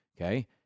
okay